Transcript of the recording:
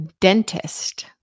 dentist